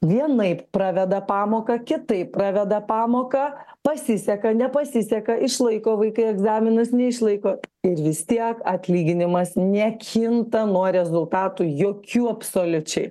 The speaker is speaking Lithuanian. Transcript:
vienaip praveda pamoką kitaip praveda pamoką pasiseka nepasiseka išlaiko vaikai egzaminus neišlaiko ir vis tiek atlyginimas nekinta nuo rezultatų jokių absoliučiai